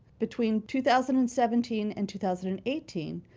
between two thousand and seventeen and two thousand and eighteen,